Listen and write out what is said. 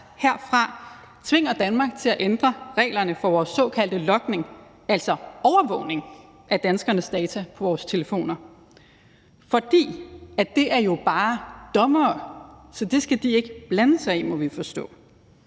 herfra tvinger Danmark til at ændre reglerne for den såkaldte logning, altså overvågning, af danskernes data på deres telefoner. For det er jo bare dommere, så det skal de ikke blande sig i, må vi forstå.